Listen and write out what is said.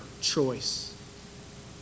choice